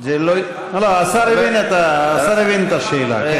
השר הבין את השאלה.